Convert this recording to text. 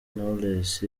knowless